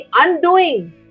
undoing